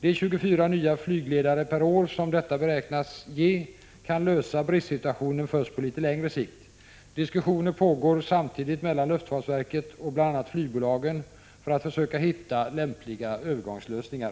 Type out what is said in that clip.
De 24 nya flygledare per år som detta beräknas ge kan lösa bristsituationen först på litet längre sikt. Diskussioner pågår samtidigt mellan luftfartsverket och bl.a. flygbolaget för att försöka hitta lämpliga övergångslösningar.